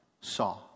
saw